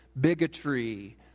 bigotry